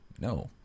No